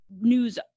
news